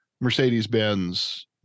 mercedes-benz